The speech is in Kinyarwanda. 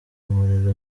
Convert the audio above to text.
umuriro